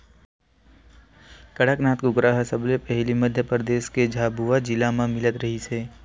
कड़कनाथ कुकरा ह सबले पहिली मध्य परदेस के झाबुआ जिला म मिलत रिहिस हे